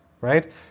right